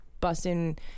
busting